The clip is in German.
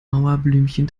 mauerblümchen